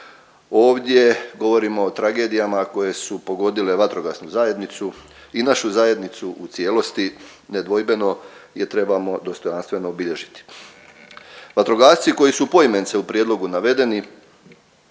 ovdje govorimo o tragedijama koje su pogodile vatrogasnu zajednicu i našu zajednicu u cijelosti nedvojbeno je trebamo dostojanstveno obilježiti. Vatrogasci koji su poimenice u prijedlogu navedeni